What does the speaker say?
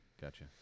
Gotcha